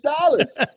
dollars